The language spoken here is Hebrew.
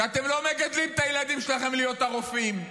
ואתם לא מגדלים את הילדים שלכם להיות רופאים.